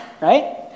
right